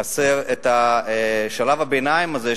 חסר שלב הביניים הזה,